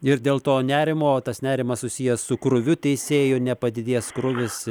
ir dėl to nerimo o tas nerimas susijęs su krūviu teisėjų nepadidės krūvis